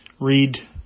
Read